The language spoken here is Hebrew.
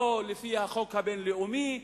לא לפי החוק הבין-לאומי.